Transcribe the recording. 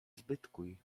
zbytkuj